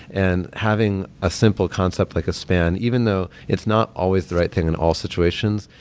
and having a simple concept like a span, even though it's not always the right thing in all situations,